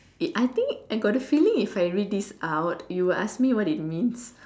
it I think I got a feeling if I read this out you would ask me what it means